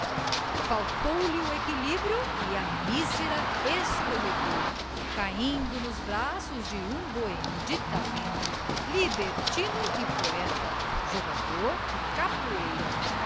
faltou-lhe o equilíbrio e a mísera escorregou caindo nos braços de um boêmio de talento libertino e poeta jogador e capoeira